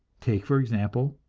take, for example,